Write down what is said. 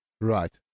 Right